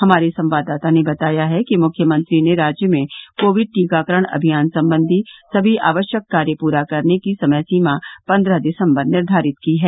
हमारे संवाददाता ने बताया है कि मुख्यमंत्री ने राज्य में कोविड टीकाकरण अभियान संबंधी सभी आवश्यक कार्य पूरा करने की समय सीमा पन्द्रह दिसंबर निर्धारित की है